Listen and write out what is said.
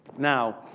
now,